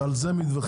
ועל זה מתווכחים,